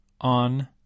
on